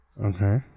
Okay